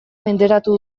menderatu